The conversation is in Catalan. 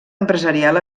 empresarial